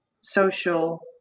social